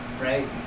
right